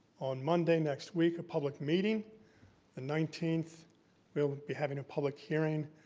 on monday next week, a public meeting. the nineteenth we will be having a public hearing,